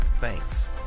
thanks